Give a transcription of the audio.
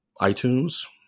iTunes